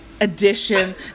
edition